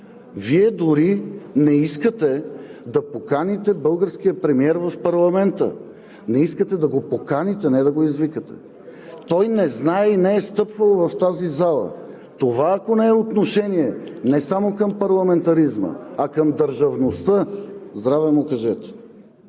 Вие дори не искате да поканите българския премиер в парламента. Не искате да го поканите – не да го извикате. Той не знае и не е стъпвал в тази зала! Това, ако не е отношение – не само към парламентаризма, а към държавността – здраве му кажете!